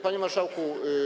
Panie Marszałku!